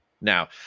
Now